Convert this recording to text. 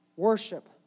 Worship